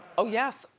oh yes,